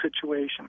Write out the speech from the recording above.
situation